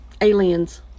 Aliens